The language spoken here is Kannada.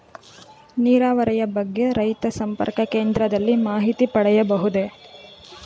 ನೀರಾವರಿಯ ಬಗ್ಗೆ ರೈತ ಸಂಪರ್ಕ ಕೇಂದ್ರದಲ್ಲಿ ಮಾಹಿತಿ ಪಡೆಯಬಹುದೇ?